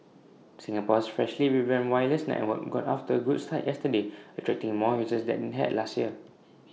Singapore's freshly revamped wireless network got off to A good start yesterday attracting more users than IT had last year